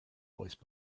voice